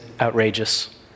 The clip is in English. outrageous